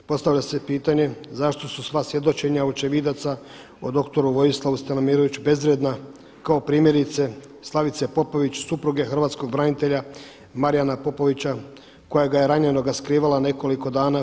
Postavlja se pitanje zašto su sva svjedočenja očevidaca o doktoru Vojislavu Stanimiroviću bezvrijedna kao primjerice Slavice Popović supruge hrvatskog branitelja Marijana Popovića koja ga je ranjenoga skrivala nekoliko dana.